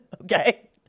okay